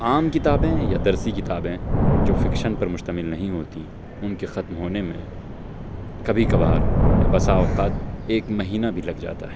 عام کتابیں یا درسی کتابیں جو فکشن پر مشتمل نہیں ہوتیں ان کے ختم ہونے میں کبھی کبھار یا بسا اوقات ایک مہینہ بھی لگ جاتا ہے